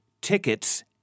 tickets